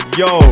yo